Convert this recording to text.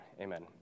Amen